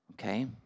Okay